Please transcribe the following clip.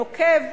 נוקב,